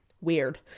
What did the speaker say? Weird